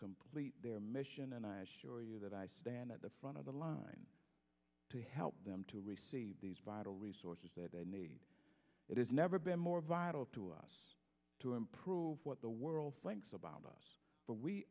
complete their mission and i assure you that i stand at the front of the line to help them to receive these vital resources that they need it is never been more vital to us to improve what the world thinks about us but we